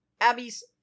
Abby's